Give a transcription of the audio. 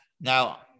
Now